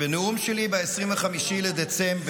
בנאום שלי ב-25 בדצמבר,